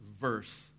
verse